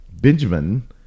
Benjamin